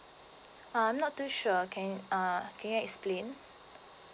uh I'm not too sure can uh can you explain